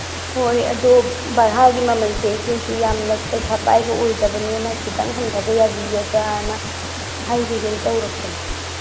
ꯍꯣꯏ ꯑꯗꯨ ꯚꯔꯥꯒꯤ ꯃꯃꯟꯁꯦ ꯑꯩꯈꯣꯏꯁꯨ ꯌꯥꯝꯅ ꯄꯩꯁꯥ ꯄꯥꯏꯕ ꯑꯣꯏꯗꯕꯅꯤꯅ ꯈꯤꯇꯪ ꯍꯟꯊꯕ ꯌꯥꯕꯤꯒꯗ꯭ꯔꯥꯅ ꯍꯥꯏꯖꯒꯦꯅ ꯇꯧꯔꯛꯄꯅꯤ